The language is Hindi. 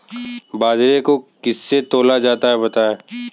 बाजरे को किससे तौला जाता है बताएँ?